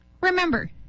Remember